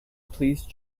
please